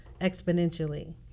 exponentially